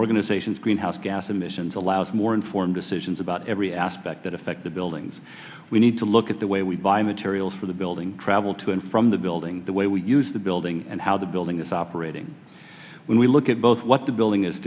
organization's greenhouse gas emissions allows more informed decisions about every aspect that affect the buildings we need to look at the way we buy materials for the building travel to and from the building the way we use the building and how the building is operating when we look at both what the building is